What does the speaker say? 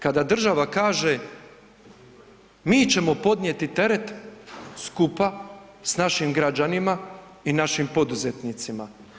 Kada država kaže mi ćemo podnijeti teret skupa s našim građanima i našim poduzetnicima.